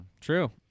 true